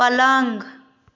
पलंग